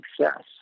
success